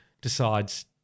decides